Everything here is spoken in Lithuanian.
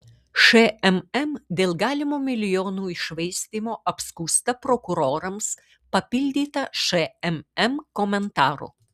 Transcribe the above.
šmm dėl galimo milijonų iššvaistymo apskųsta prokurorams papildyta šmm komentaru